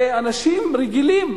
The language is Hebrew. ואנשים רגילים,